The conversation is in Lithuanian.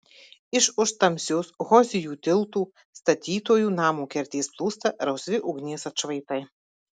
iš už tamsios hozijų tiltų statytojų namo kertės plūsta rausvi ugnies atšvaitai